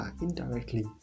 indirectly